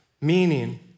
Meaning